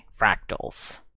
fractals